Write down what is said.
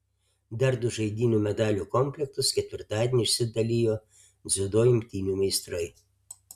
dar du žaidynių medalių komplektus ketvirtadienį išsidalijo dziudo imtynių meistrai